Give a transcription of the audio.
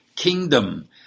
Kingdom